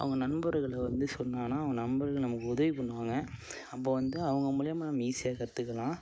அவங்க நண்பர்கள் வந்து சொன்னானா அவன் நண்பர்கள் நமக்கு உதவி பண்ணுவாங்க அப்போது வந்து அவங்க மூலைமா நம்ம ஈஸியாக கற்றுக்கலாம்